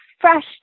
fresh